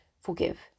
forgive